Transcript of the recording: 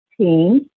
team